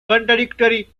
contradictory